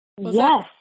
Yes